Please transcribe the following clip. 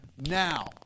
now